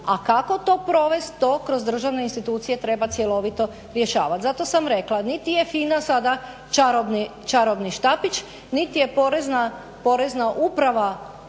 a kako to provest to kroz državne institucije treba cjelovito rješavat. Zato sam rekla, niti je FINA sada čarobni štapić niti je Porezna uprava